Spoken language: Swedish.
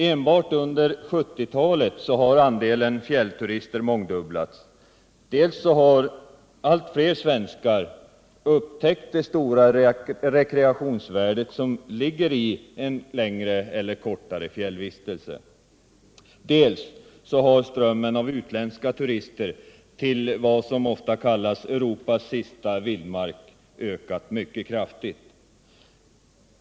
Enbart under 1970-talet har andelen fjällturister mångdubblats; dels har allt fler svenskar upptäckt det stora rekreationsvärdet i en fjällsemester, dels har strömmen av utländska turister till vad som ofta kallas ”Europas sista vildmark” ökat mycket kraftigt.